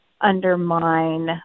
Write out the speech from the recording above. undermine